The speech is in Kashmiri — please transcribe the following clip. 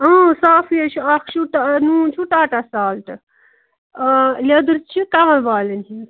صافٕے ہَے چھُ اکھ چھُ نوٗن چھُو ٹاٹا سالٹ لیٚدر چھِ کنول والیٚن ہِنٛز